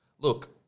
Look